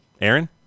Aaron